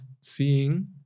seeing